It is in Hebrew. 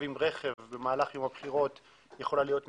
עם רכב במהלך יום הבחירות יכולה להיות מסוכנת.